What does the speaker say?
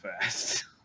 fast